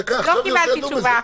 דקה, עכשיו אני רוצה לדון בזה.